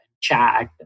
chat